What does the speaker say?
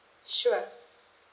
sure